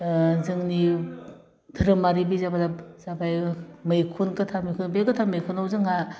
ओह जोंनि धोरोमारि बिजाबा जाब जाबाय मैखुन गोथां मैखुन बे गोथां मैखुनाव जोंहा